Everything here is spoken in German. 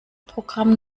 programm